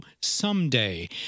someday